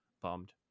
bummed